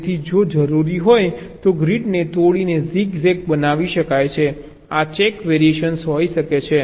તેથી જો જરૂરી હોય તો ગ્રીડને તોડીને ઝિગઝેગ બનાવી શકાય છે આ એક વેરિએશન હોઈ શકે છે